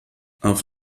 auf